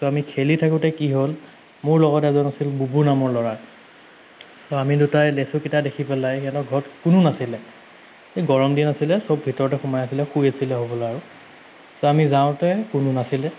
তো আমি খেলি থাকোঁতে কি হ'ল মোৰ লগত এজন আছিল বুবু নামৰ ল'ৰা তো আমি দুটাই লেচুকেইটা দেখি পেলাই সিহঁতৰ ঘৰত কোনো নাছিলে এই গৰম দিন আছিলে চব ভিতৰতে সোমাই আছিলে শুই আছিলে হ'বলা আৰু তো আমি যাওঁতে কোনো নাছিলে